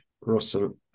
Russell-